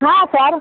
हाँ सर